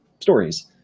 stories